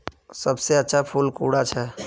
सबसे अच्छा फुल कुंडा छै?